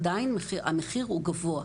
עדיין המחיר הוא גבוה.